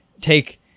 take